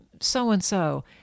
so-and-so